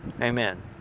Amen